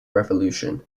revolution